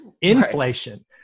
inflation